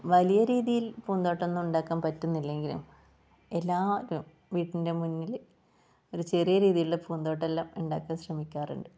വലിയ രീതിയിൽ പൂന്തോട്ടം ഒന്നും ഉണ്ടാക്കാൻ പറ്റുന്നില്ലെങ്കിലും എല്ലാവരും വീട്ടിൻ്റെ മുന്നില് ഒരു ചെറിയ രീതിയിലുള്ള പൂന്തോട്ടം എല്ലാം ഉണ്ടാക്കാൻ ശ്രമിക്കാറുണ്ട്